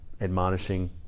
admonishing